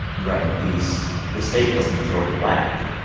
you write in the piece the state was majority black.